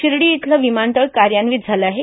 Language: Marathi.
शिर्डी इथलं विमानतळ कार्यान्वित झालं आहे